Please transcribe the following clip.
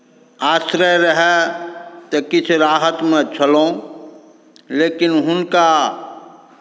आश्रय रहय तऽ किछु राहतमे छलहुँ लेकिन हुनका